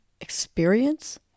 experience